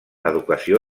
educació